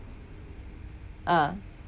ah